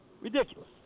Ridiculous